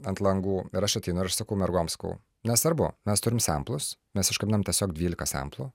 ant langų ir aš ateinu ir sakau mergoms sakau nesvarbu mes turim semplus mes iškabinam tiesiog dvylika semplų